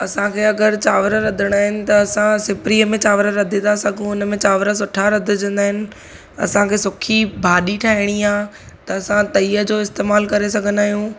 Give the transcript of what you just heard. असांखे अगरि चांवर रधिणा आहिनि त असां सिपड़ीअ में चांवर रधी तां सघूं उन में चांवरु सुठा रधिजंदा आहिनि असांखे सुकी भाॼी ठाहिणी आहे त असां तईअ जो इस्तेमालु करे सघंदा आहियूं